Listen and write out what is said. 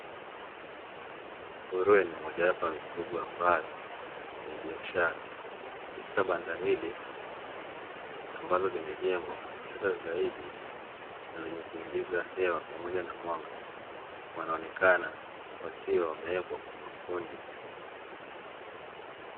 Nguruwe ni mojawapo ya mifugo ambayo ni ya biashara, katika banda hili ambalo limejengwa kwa kisasa zaidi na lenye kuingiza hewa pamoja na mwanga, wanaonekana wakiwa wamewekwa kwa makundi.